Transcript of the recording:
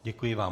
Děkuji vám.